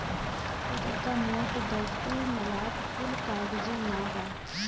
पतर्का, मोट, दफ्ती, मलाट कुल कागजे नअ बाअ